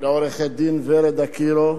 לעורכת-הדין ורד קירו,